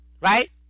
right